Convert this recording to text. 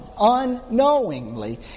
unknowingly